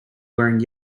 wearing